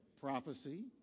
prophecy